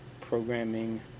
programming